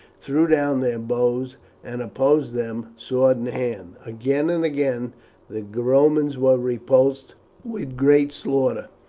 threw down their bows and opposed them sword in hand. again and again the romans were repulsed with great slaughter,